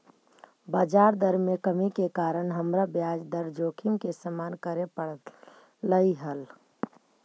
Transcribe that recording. बजार दर में कमी के कारण हमरा ब्याज दर जोखिम के सामना करे पड़लई हल